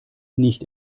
nicht